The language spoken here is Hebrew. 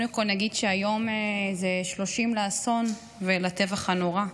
קודם כול נגיד שהיום זה 30 לאסון ולטבח הנורא,